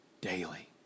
daily